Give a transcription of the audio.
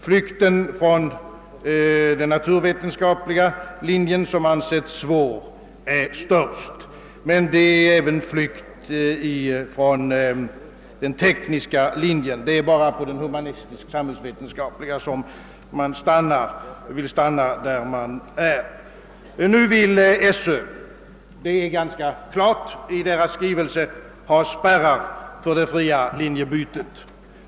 Flykten från den naturvetenskapliga linjen, som anses svår, är störst, men det förekommer även flykt från den tekniska linjen — det är bara på den humanistiskt-samhällsvetenskapliga linjen som man vill stanna kvar. SÖ vill — det framgår ganska klart av dess skrivelse — ha spärrar för det fria linjebytet.